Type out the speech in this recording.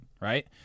right